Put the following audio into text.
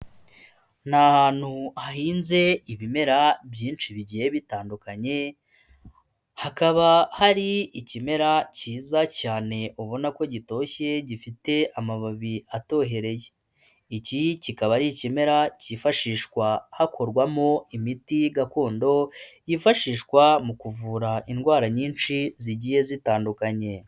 Ni ahantutu hahinze ibimera byinshi bigiye bitandukanye hakaba hari ikimera cyiza cyane ubona ko gitoshye gifite amababi atohereye, iki kikaba ari ikimera cyifashishwa hakorwamo imiti gakondo yifashishwa mu kuvura indwara nyinshi zigiye zitandukanye.